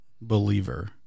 believer